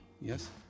Yes